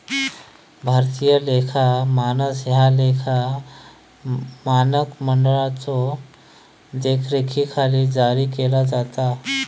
भारतीय लेखा मानक ह्या लेखा मानक मंडळाच्यो देखरेखीखाली जारी केला जाता